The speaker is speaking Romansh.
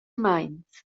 meins